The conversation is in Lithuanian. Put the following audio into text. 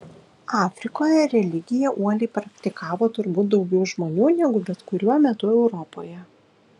afrikoje religiją uoliai praktikavo turbūt daugiau žmonių negu bet kuriuo metu europoje